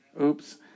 oops